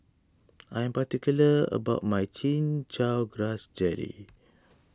I am particular about my Chin Chow Grass Jelly